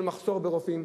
יש לנו מחסור ברופאים,